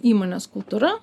įmonės kultūra